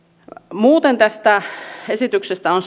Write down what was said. muuten tästä esityksestä on